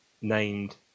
named